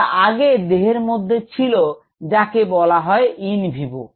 যা আগে দেহের মধ্যে ছিল যাকে বলা হয় ইন ভিভো